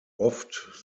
oft